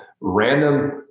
random